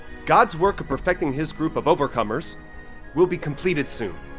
god's work of perfecting his group of overcomers will be completed soon.